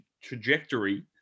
trajectory